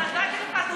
אבל הסברתי לך,